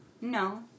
No